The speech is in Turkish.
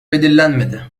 belirlenmedi